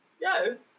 Yes